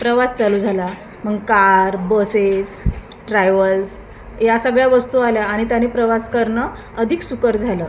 प्रवास चालू झाला मग कार बसेस ट्रॅयवल्स या सगळ्या वस्तू आल्या आणि त्यांनी प्रवास करणं अधिक सुकर झालं